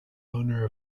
owner